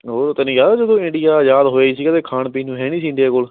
ਉਹ ਤੈਨੂੰ ਯਾਦ ਜਦੋਂ ਇੰਡੀਆ ਆਜ਼ਾਦ ਹੋਇਆ ਹੀ ਸੀਗਾ ਅਤੇ ਖਾਣ ਪੀਣ ਨੂੰ ਹੈ ਨਹੀਂ ਸੀ ਇੰਡੀਆ ਕੋਲ